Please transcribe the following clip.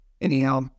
Anyhow